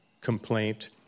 complaint